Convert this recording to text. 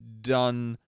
done